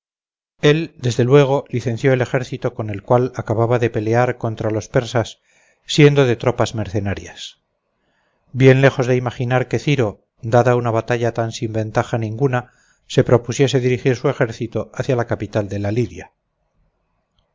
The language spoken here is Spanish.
desde luego licenció el ejército con el cual acababa de pelear contra los persas siendo de tropas mercenarias bien lejos de imaginar que ciro dada una batalla tan sin ventaja ninguna se propusiere dirigir su ejército hacia la capital de la lidia